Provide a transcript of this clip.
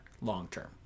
long-term